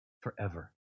forever